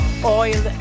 Oil